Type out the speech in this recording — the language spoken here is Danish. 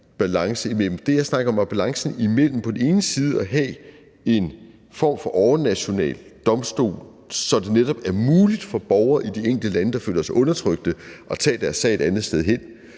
balance. Det, jeg snakkede om, var balancen mellem på den ene side at have en form for overnational domstol, så det netop er muligt for borgere i de enkelte lande, der føler sig undertrykt, at tage deres sag et andet sted hen,